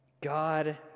God